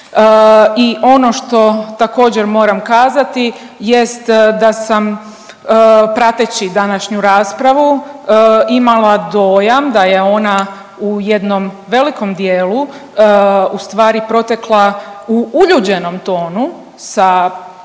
I ono što također moram kazati jest da sam prateći današnju raspravu imala dojam da je ona u jednom velikom dijelu ustvari protekla u uljuđenom tonu sa puno